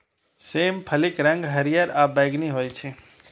सेम फलीक रंग हरियर आ बैंगनी होइ छै